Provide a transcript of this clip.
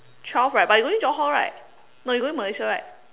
twelve right but you going Johor right no you going Malaysia right